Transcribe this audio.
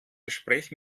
gespräch